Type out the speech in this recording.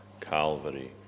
Calvary